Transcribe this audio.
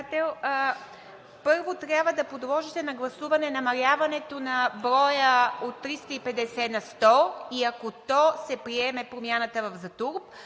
Първо трябва да положите на гласуване намаляването на броя от 350 на 100 и ако то се приеме, промяната в Закона